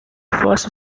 first